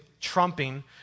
trumping